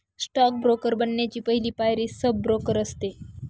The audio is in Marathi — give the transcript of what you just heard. स्टॉक ब्रोकर बनण्याची पहली पायरी सब ब्रोकर असते